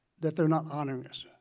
that they're not honoring us.